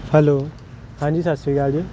hello ਹਾਂਜੀ ਸਤਿ ਸ਼੍ਰੀ ਅਕਾਲ ਜੀ